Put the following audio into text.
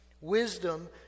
Wisdom